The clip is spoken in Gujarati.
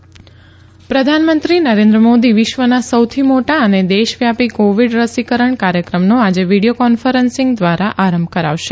રસીકરણ પ્રધાનમંત્રી પ્રધાનમંત્રી નરેન્દ્ર મોદી વિશ્વના સૌથી મોટા અને દેશ વ્યાપી કોવિડ રસીકરણ કાર્યક્રમનો આજે વીડિયો કોન્ફરન્સીંગ દ્વારા આરંભ કરાવશે